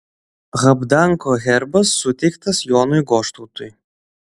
habdanko herbas suteiktas jonui goštautui